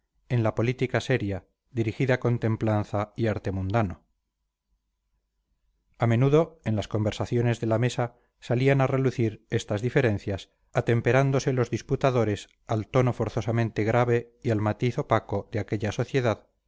en la política seria dirigida con templanza y arte mundano a menudo en las conversaciones de la mesa salían a relucir estas diferencias atemperándose los disputadores al tono forzosamente grave y al matiz opaco de aquella sociedad